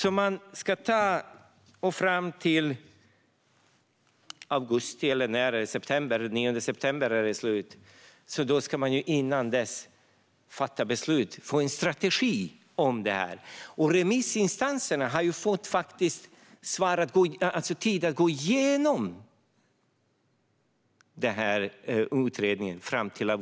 Och före den 9 september, när riksmötet är slut, ska man alltså hinna få fram en strategi och fatta beslut om detta. Men remissinstanserna har ju fått tid fram till augusti att gå igenom och svara på denna utredning.